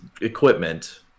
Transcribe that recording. equipment